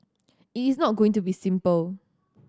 it is not going to be simple